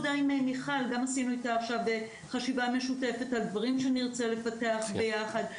עשינו עכשיו חשיבה משותפת עם מיכל על דברים שנרצה לפתח ביחד.